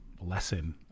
lesson